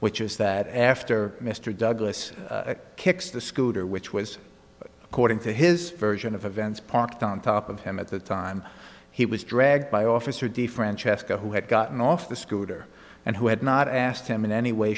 which is that after mr douglas kicks the scooter which was according to his version of events parked on top of him at the time he was dragged by officer different cheska who had gotten off the scooter and who had not asked him in any way